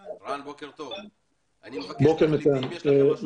אנחנו התחלנו את הכתבה הזו בעקבות חייל אחד